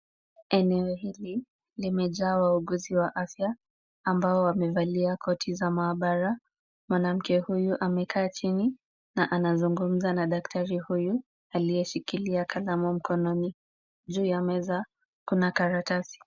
Eneo hili limejaa wauguzi wa afya ambao wamevalia koti za maabara. Mwanamke huyu amekaa chini na anazungumza na daktari huyu aliyeshikilia kalamu mkononi. Juu ya meza kuna karatasi.